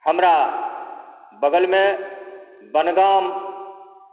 हमरा बगलमे बनगाम